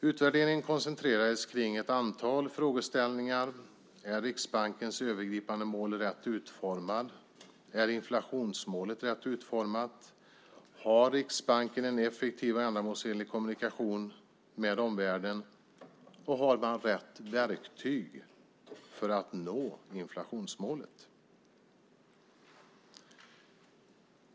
Utvärderingen koncentrerades kring ett antal frågeställningar. Är Riksbankens övergripande mål rätt utformat? Är inflationsmålet rätt utformat? Har Riksbanken en effektiv och ändamålsenlig kommunikation med omvärlden? Har man rätt verktyg för att nå inflationsmålet?